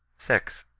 six.